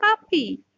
puppy